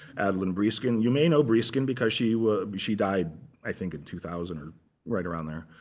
adelyn breeskin. you may know breeskin because she she died i think in two thousand or right around there.